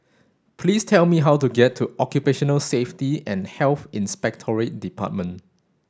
please tell me how to get to Occupational Safety and Health Inspectorate Department